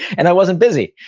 and i wasn't busy.